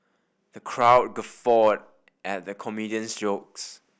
the crowd guffawed at the comedian's jokes